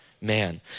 man